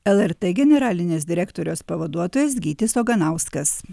lrt generalinės direktorės pavaduotojas gytis oganauskas